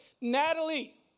Natalie